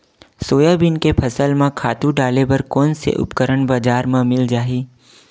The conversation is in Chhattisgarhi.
सोयाबीन के फसल म खातु डाले बर कोन से उपकरण बजार म मिल जाहि?